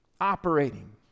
operating